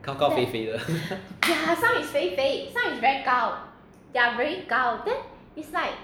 高高肥肥的